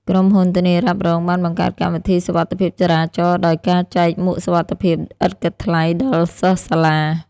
ក្រុមហ៊ុនធានារ៉ាប់រងបានបង្កើតកម្មវិធី សុវត្ថិភាពចរាចរណ៍ ដោយការចែកមួកសុវត្ថិភាពឥតគិតថ្លៃដល់សិស្សសាលា។